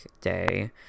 day